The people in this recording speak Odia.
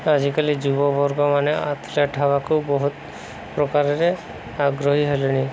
ଆଜିକାଲି ଯୁବବର୍ଗମାନେ ଆଥଲେଟ୍ ହେବାକୁ ବହୁତ ପ୍ରକାରରେ ଆଗ୍ରହୀ ହେଲେଣି